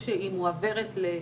וזה גם נוספים יוכלו להסביר,